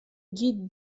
guide